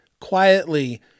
quietly